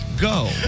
Go